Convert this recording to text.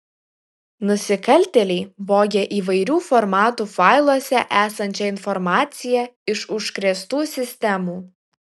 nusikaltėliai vogė įvairių formatų failuose esančią informaciją iš užkrėstų sistemų